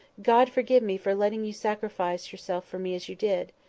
god forgive me for letting you sacrifice yourself for me as you did!